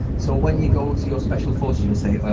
so when you go to your special forces you'll say,